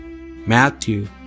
Matthew